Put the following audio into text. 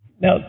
Now